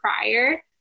prior